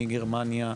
מגרמניה,